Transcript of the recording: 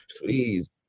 please